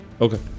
Okay